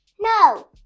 No